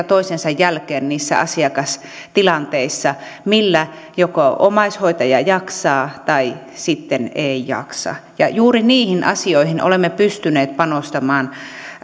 toisensa jälkeen niissä asiakastilanteissa millä omaishoitaja joko jaksaa tai sitten ei jaksa ja juuri niihin asioihin olemme pystyneet panostamaan